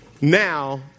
now